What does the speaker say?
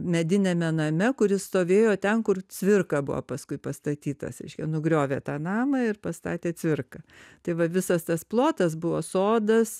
mediniame name kuris stovėjo ten kur cvirka buvo paskui pastatytas iš jo nugriovė tą namą ir pastatė cvirką tai va visas tas plotas buvo sodas